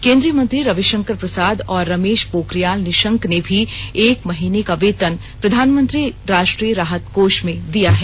केन्द्रीय मंत्री रविशंकर प्रसाद और रमेश पोखरियाल निशंक ने भी एक महीने का वेतन प्रधानमंत्री राष्ट्रीय राहत कोष में दिया है